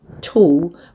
tool